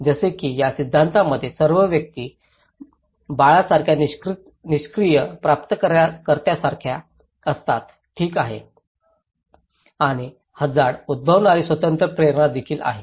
जसे की या सिद्धांतामध्ये सर्व व्यक्ती बाळासारख्या निष्क्रीय प्राप्तकर्त्यासारखे असतात ठीक आहे आणि हझार्ड उद्भवणारी स्वतंत्र प्रेरणा देखील आहे